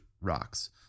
rocks